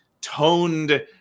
toned